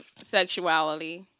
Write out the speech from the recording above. sexuality